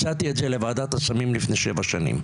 הצעתי את זה לוועדת הסמים לפני שבע שנים,